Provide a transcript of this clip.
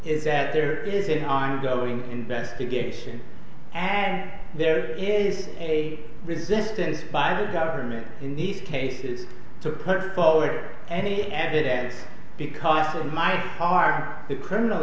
is that there is an ongoing investigation and there is a resistance by the government in these cases to put forward and they added and because of my car the criminal